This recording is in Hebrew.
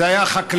זה היה חקלאות.